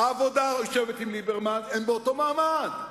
העבודה יושבת עם ליברמן, הם באותו מעמד.